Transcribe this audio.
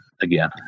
again